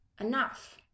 enough